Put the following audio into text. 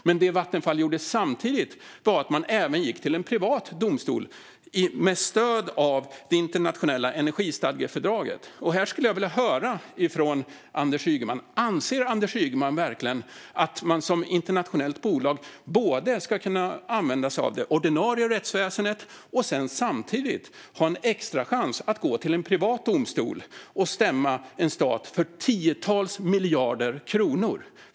Men det Vattenfall gjorde samtidigt var att man även gick till en privat domstol med stöd av det internationella energistadgefördraget. Jag skulle vilja höra från Anders Ygeman om han verkligen anser att man som internationellt bolag både ska kunna använda sig av det ordinarie rättsväsendet och samtidigt ha en extrachans att gå till en privat domstol och stämma en stat för tiotals miljarder kronor.